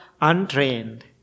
untrained